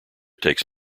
takes